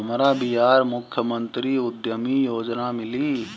हमरा बिहार मुख्यमंत्री उद्यमी योजना मिली?